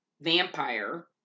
Vampire